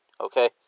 okay